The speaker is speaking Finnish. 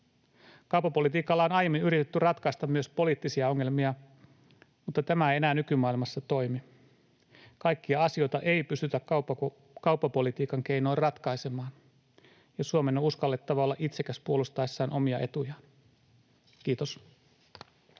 Kauppapolitiikalla on aiemmin yritetty ratkaista myös poliittisia ongelmia, mutta tämä ei enää nykymaailmassa toimi. Kaikkia asioita ei pystytä kauppapolitiikan keinoin ratkaisemaan, ja Suomen on uskallettava olla itsekäs puolustaessaan omia etujaan. — Kiitos.